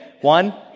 One